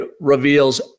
reveals